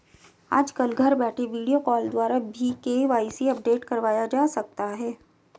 आजकल घर बैठे वीडियो कॉल द्वारा भी के.वाई.सी अपडेट करवाया जा सकता है